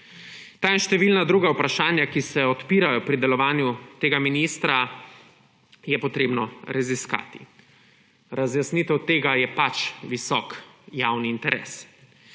Ta in številna druga vprašanja, ki se odpirajo pri delovanju tega ministra, je treba raziskati. Razjasnitev tega je pač visok javni interes.